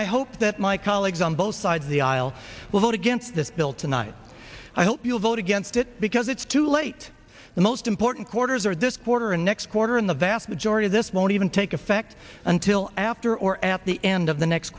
i hope that my colleagues on both sides of the aisle will vote against this bill tonight i hope you'll vote against it because it's too late the most important quarters or this quarter and next quarter in the vast majority this won't even take effect until after or at the end of the next